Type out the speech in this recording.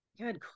Good